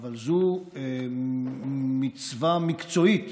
אבל זו מצווה מקצועית,